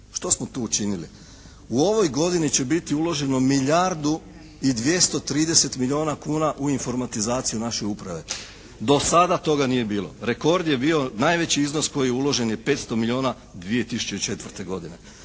Što smo tu učinili? U ovoj godini će biti uloženo milijardu i 230 milijuna kuna u informatizaciju naše uprave. Do sada toga nije bilo. Rekord je bio, najveći iznos koji je uložen je 500 milijuna 2004. godine.